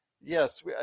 Yes